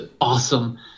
awesome